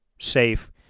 safe